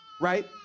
right